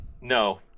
no